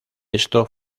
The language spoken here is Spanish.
esto